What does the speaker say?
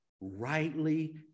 rightly